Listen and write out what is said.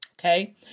Okay